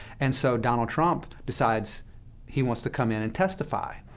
and so donald trump decides he wants to come in and testify.